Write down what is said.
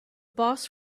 boss